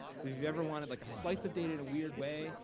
so if you've ever wanted, like, a slice of data in a weird way,